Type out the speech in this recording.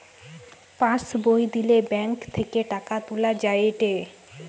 pass বই দিলে bank থেকে টাকা তুলা যায়েটে